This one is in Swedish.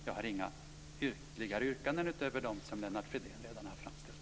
Jag har inga ytterligare yrkanden utöver dem som Lennart Fridén redan har framställt.